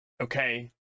Okay